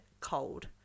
cold